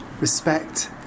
respect